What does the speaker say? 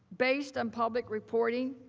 based on public reporting,